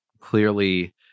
clearly